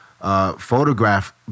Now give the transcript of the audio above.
Photograph